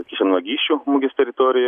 kišenvagysčių mugės teritorijo